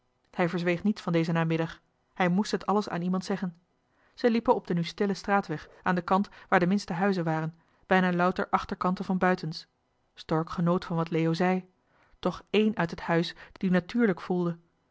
hij verzweeg niets van dezen namiddag hij moest het alles aan iemand zeggen zij liepen op den johan de meester de zonde in het deftige dorp nu stillen straatweg aan den kant waar de minste huizen waren bijna louter achterkanten van buitens stork genoot van wat leo zei toch één uit het huis die natuurlijk voelde